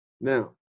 Now